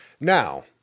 Now